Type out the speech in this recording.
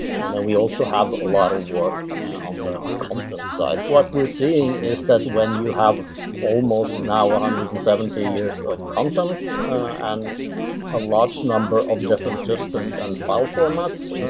then we also have a lot of work on the content side. what we're seeing is that when you have almost now one hundred and seventy years of content and a large number of different systems and file formats,